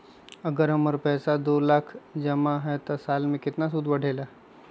अगर हमर पैसा दो लाख जमा है त साल के सूद केतना बढेला?